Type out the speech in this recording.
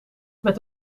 met